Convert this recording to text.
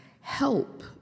help